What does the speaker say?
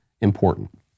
important